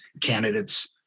candidates